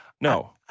No